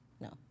No